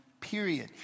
period